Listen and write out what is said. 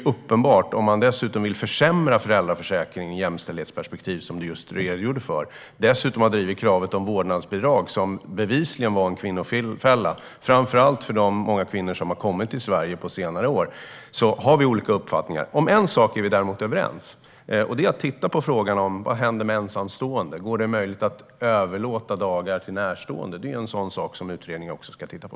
Ni vill dessutom försämra föräldraförsäkringen ur ett jämställdhetsperspektiv, vilket du just redogjorde för. Och ni driver frågan om ett krav på vårdnadsbidrag som bevisligen var en kvinnofälla - framför allt för de många kvinnor som har kommit till Sverige på senare år. Där har vi olika uppfattningar. Om en sak är vi däremot överens. Det är att titta på ensamstående. Är det möjligt för dem att överlåta dagar till närstående? Det är en sak som utredningen också ska titta på.